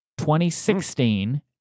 2016